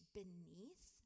beneath